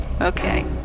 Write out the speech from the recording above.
Okay